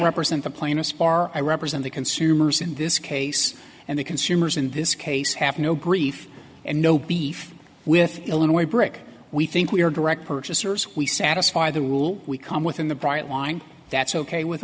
represent the plaintiff's bar i represent the consumers in this case and the consumers in this case have no grief and no beef with illinois brick we think we are direct purchasers we satisfy the rule we come with in the bright line that's ok a with